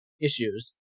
issues